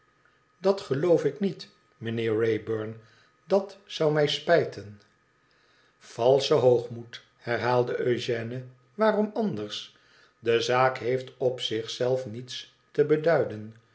dat geloof ik niet mijnheer wraybum idat zou mij spijten f valsche hoogmoed herhaalde eugène waarom anders de zaak heeft op zich zelf niets te beduiden